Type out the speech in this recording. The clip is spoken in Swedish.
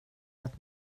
att